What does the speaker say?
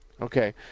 Okay